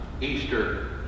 Easter